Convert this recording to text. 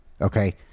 Okay